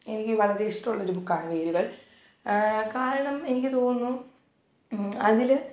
എനിക്ക് വളരെ ഇഷ്ടമുള്ളൊരു ബുക്കാണ് വേരുകൾ കാരണം എനിക്ക് തോന്നുന്നു അതിൽ